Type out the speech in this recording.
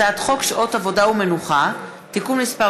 הצעת חוק שעות עבודה ומנוחה (תיקון מס'